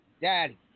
Daddy